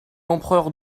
empereur